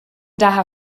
daher